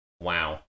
Wow